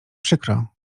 przykro